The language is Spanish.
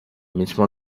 mismo